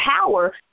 power